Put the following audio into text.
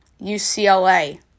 UCLA